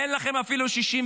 יש לנו יותר.